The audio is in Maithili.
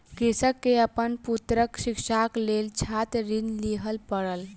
कृषक के अपन पुत्रक शिक्षाक लेल छात्र ऋण लिअ पड़ल